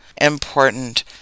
important